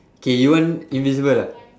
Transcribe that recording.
K you want invisible ah